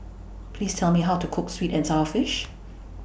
Please Tell Me How to Cook Sweet and Sour Fish